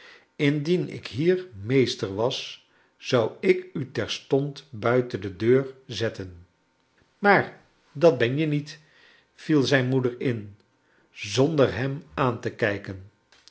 indien ik hier meester was zona ik u terstond buiten de deur zetten maar dat ben je niet viel zijn moeder in zonder hem aan te kijken